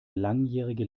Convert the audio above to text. langjährige